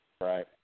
Right